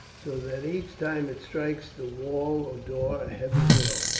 so that each time it strikes the wall or door a heavy blow.